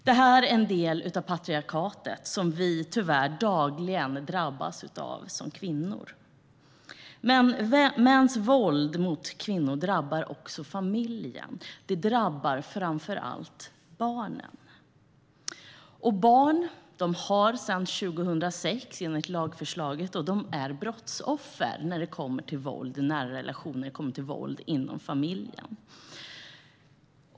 Detta är en del av patriarkatet som vi tyvärr dagligen drabbas av som kvinnor. Mäns våld mot kvinnor drabbar också familjen. Det drabbar framför allt barnen. Barn är sedan ett lagförslag 2006 brottsoffer när det kommer till våld i nära relationer och våld inom familjen.